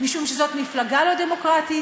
משום שזאת מפלגה לא דמוקרטית,